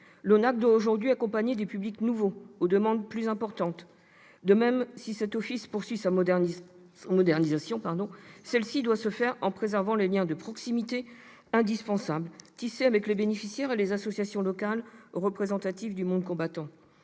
L'ONAC-VG doit aujourd'hui accompagner des publics nouveaux, aux demandes plus importantes. De même, si l'Office poursuit sa modernisation, celle-ci doit se faire en préservant les indispensables liens de proximité tissés avec les bénéficiaires et les associations locales représentatives du monde combattant.